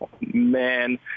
Man